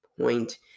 point